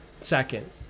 Second